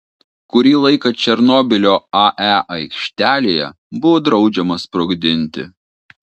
kurį laiką černobylio ae aikštelėje buvo draudžiama sprogdinti